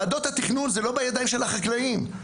ועדות התכנון לא בידיים של החקלאים,